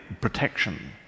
protection